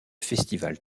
festival